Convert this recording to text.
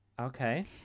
Okay